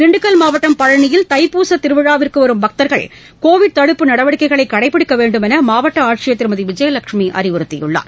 திண்டுக்கல் மாவட்டம் பழனியில் தைப்பூசத் திருவிழாவிற்கு வரும் பக்தர்கள் கோவிட் தடுப்பு நடவடிக்கைகளை கடைப்பிடிக்க வேண்டும் என்று மாவட்ட ஆட்சியர் திருமதி விஜயலட்சுமி அறிவுறுத்தியுள்ளார்